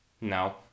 No